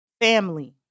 family